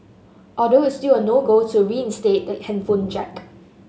although it's still a no go to reinstate the headphone jack